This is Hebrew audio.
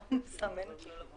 לא עברה כי לא הייתה ועדת שרים